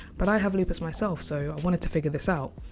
but i have lupus myself, so i wanted to figure this out.